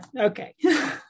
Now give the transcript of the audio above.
Okay